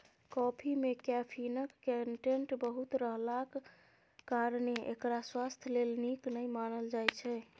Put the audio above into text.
coffee मे कैफीनक content बहुत रहलाक कारणेँ एकरा स्वास्थ्य लेल नीक नहि मानल जाइ छै